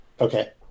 okay